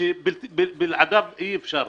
חבר הכנסת מסעוד גנאים.